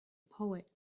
poet